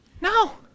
No